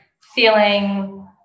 feeling